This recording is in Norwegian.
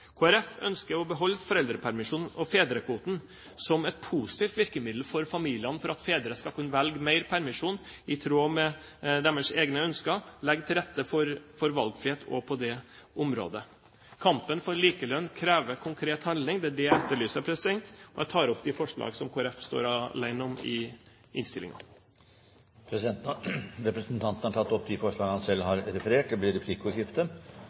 Folkeparti ønsker å beholde foreldrepermisjonen og fedrekvoten som et positivt virkemiddel for familiene for at fedre skal kunne velge mer permisjon i tråd med sine egne ønsker, legge til rette for valgfrihet også på det området. Kampen for likelønn krever konkret handling. Det er det jeg etterlyser. Jeg tar opp de forslag som Kristelig Folkeparti står alene om i innstillingen. Representanten Øyvind Håbrekke har tatt opp de forslagene han refererte til. Det blir replikkordskifte.